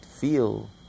feel